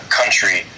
country